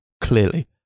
clearly